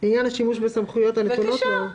לעניין השימוש בסמכויות הנתונות לו".